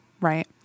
Right